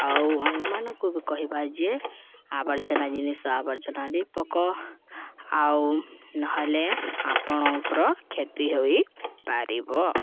ଆଉ ଅନ୍ୟମାନଙ୍କୁ ବି କହିବା ଯେ ଆବର୍ଜନା ଜିନିଷ ଆବର୍ଜନାରେ ପକାଅ ଆଉ ନହେଲେ ଆପଣଙ୍କର କ୍ଷତି ହୋଇପାରିବ